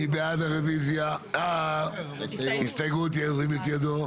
מי בעד הסתייגות מספר 10, שירים את ידו.